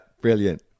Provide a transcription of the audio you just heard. brilliant